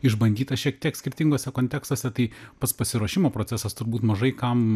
išbandytas šiek tiek skirtinguose kontekstuose tai pats pasiruošimo procesas turbūt mažai kam